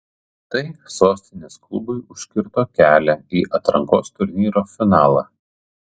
tai sostinės klubui užkirto kelią į atrankos turnyro finalą